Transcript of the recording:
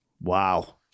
Wow